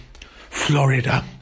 Florida